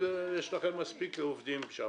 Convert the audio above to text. יש לכם מספיק עובדים שם.